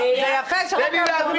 משרד הרווחה --- תן לי להבין,